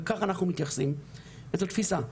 כך אנחנו מתייחסים וזאת תפיסה.